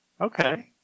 Okay